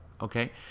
okay